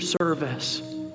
service